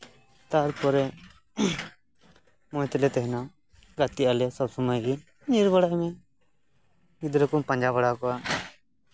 ᱛᱟᱨᱯᱚᱨᱮ ᱢᱚᱸᱡ ᱛᱮᱞᱮ ᱛᱟᱦᱮᱸᱱᱟ ᱜᱟᱛᱮᱜ ᱟᱞᱮ ᱥᱚᱵ ᱥᱚᱢᱚᱭ ᱜᱮ ᱧᱤᱨ ᱵᱟᱲᱟᱭ ᱢᱮ ᱜᱤᱫᱽᱨᱟᱹ ᱠᱚᱢ ᱯᱟᱸᱡᱟ ᱵᱟᱲᱟ ᱠᱚᱣᱟ